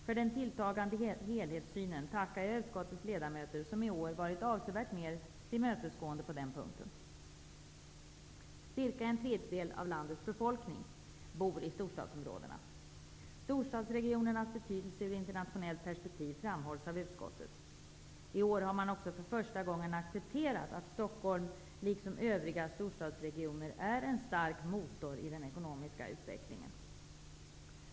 För den tilltagande helhetssynen tackar jag utskottets ledamöter som i år har varit avsevärt mer tillmötesgående än tidigare på den punkten. Ca en tredjedel av landets befolkning bor i storstadsområdena. Storstadsregionernas betydelse sett ur internationellt perspektiv framhålls av utskottet. I år har man också för första gången accepterat att Stockholm, liksom övriga storstadsregioner, är en stark motor i den ekonomiska utvecklingen.